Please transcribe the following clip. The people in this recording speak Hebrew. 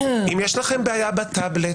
אם יש לכם בעיה בטבלט,